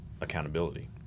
accountability